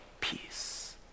peace